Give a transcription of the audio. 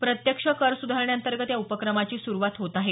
प्रत्यक्ष कर सुधारणेअंतर्गत या उपक्रमाची सुरुवात होत आहे